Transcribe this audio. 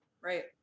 Right